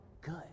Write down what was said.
good